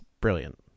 Brilliant